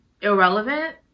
irrelevant